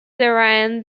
therein